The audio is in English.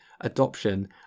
adoption